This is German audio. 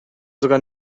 sogar